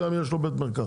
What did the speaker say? יש לו גם בית מרקחת.